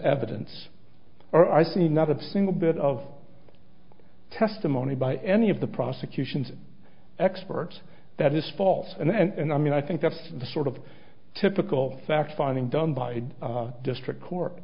evidence or i see another single bit of testimony by any of the prosecution's experts that is false and i mean i think that's the sort of typical fact finding done by district court